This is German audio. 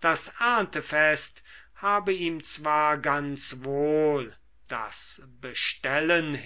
das erntefest habe ihm zwar ganz wohl das bestellen